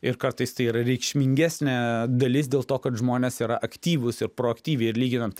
ir kartais tai yra reikšmingesnė dalis dėl to kad žmonės yra aktyvūs ir proaktyviai ir lyginant